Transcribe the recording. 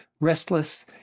restless